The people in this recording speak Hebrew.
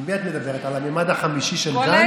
על מי את מדברת, על המימד החמישי של גנץ?